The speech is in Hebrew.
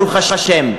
ברוך השם.